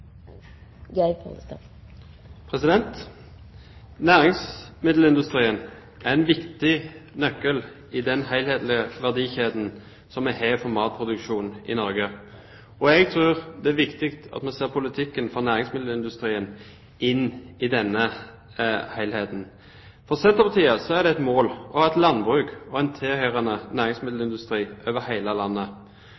Næringsmiddelindustrien er en viktig nøkkel i den helhetlige verdikjeden som vi har for matproduksjon i Norge. Jeg tror det er viktig at vi ser politikken for næringsmiddelindustrien i denne helheten. For Senterpartiet er det et mål å ha et landbruk og en tilhørende